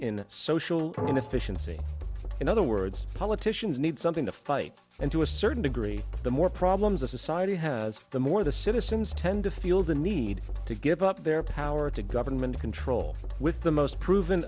social in other words politicians need something to fight and to a certain degree the more problems a society has the more the citizens tend to feel the need to give up their power to government control with the most proven